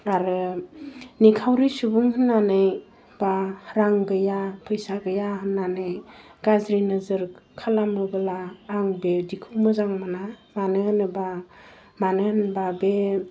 आरो निखावरि सुबुं होन्नानै बा रां गैया फैसा गैया होन्नानै गाज्रि नोजोर खालामोब्ला आं बिदिखौ मोजां मोना मानो होनोबा मानो होनबा बे